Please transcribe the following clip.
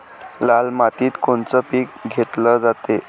लाल मातीत कोनचं पीक घेतलं जाते?